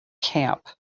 camp